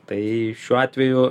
tai šiuo atveju